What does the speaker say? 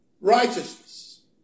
righteousness